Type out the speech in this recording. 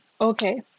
Okay